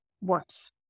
worse